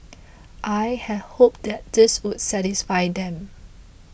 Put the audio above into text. I had hoped that this would satisfy them